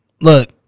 look